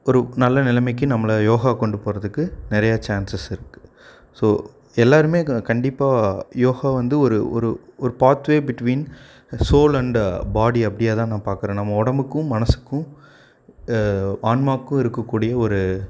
ஒரு நல்ல நிலைமைக்கு நம்மளை யோகா கொண்டு போகிறதுக்கு நிறையா சான்சஸ் இருக்குது ஸோ எல்லாரும் க கண்டிப்பாக யோகா வந்து ஒரு ஒரு ஒரு பார்ட்ரே பிட்டுவின் சோல் அண்டு பாடி அப்படியா தான் நான் பார்க்கறேன் நம்ம உடம்புக்கும் மனதுக்கும் ஆன்மாக்கும் இருக்கக்கூடிய ஒரு